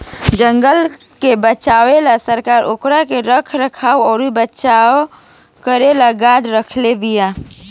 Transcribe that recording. जंगल के बचावे ला सरकार ओकर रख रखाव अउर बचाव करेला गार्ड रखले बिया